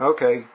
Okay